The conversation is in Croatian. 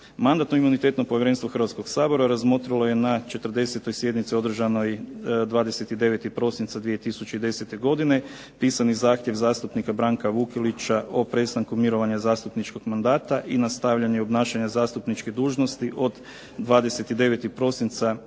Mandatno-imunitetno povjerenstvo Hrvatskog sabora razmotrilo je na 40. sjednici održanoj 29. prosinca 2010. pisani zahtjev zastupnika Ivana Šukera o prestanku mirovanja zastupničkog mandata i nastavljanje obnašanja zastupničke dužnosti od 29. prosinca